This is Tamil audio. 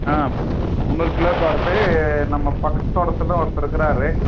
ஆ முந்னூறு கிலோக்கு வருது நம்ம பக்கத்து தோட்டத்தில் ஒருத்தர் இருக்கிறாரு